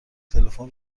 تلفن